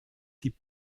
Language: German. die